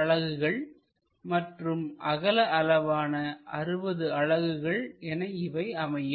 அலகுகள் மற்றும் அகல அளவான 60 அலகுகள் என இவை அமையும்